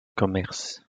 commerce